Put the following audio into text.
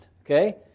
okay